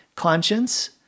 conscience